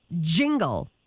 Jingle